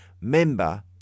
member